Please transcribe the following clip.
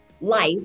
life